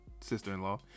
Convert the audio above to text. sister-in-law